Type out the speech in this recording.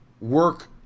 work